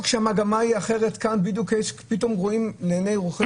כשהמגמה היא אחרת פתאום רואים לעיני רוחי